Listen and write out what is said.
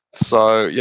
so, yeah